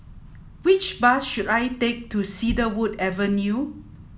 which bus should I take to Cedarwood Avenue